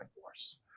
force